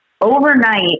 overnight